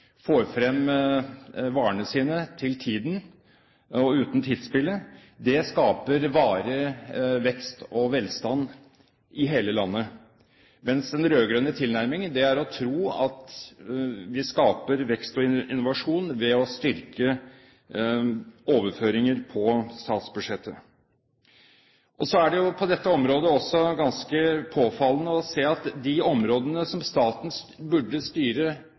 får frem varene sine i tide og uten tidsspille – det skaper varig vekst og velstand i hele landet – er den rød-grønne tilnærmingen å tro at vi skaper vekst og innovasjon ved å styrke overføringer på statsbudsjettet. Så er det jo også ganske påfallende å se at på det området der staten burde styre